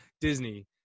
Disney